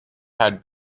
had